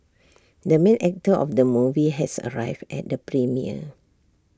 the main actor of the movie has arrived at the premiere